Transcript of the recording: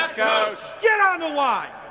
get on the line.